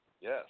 Yes